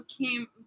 came